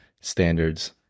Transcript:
standards